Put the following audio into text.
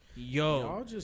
Yo